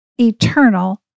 eternal